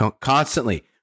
constantly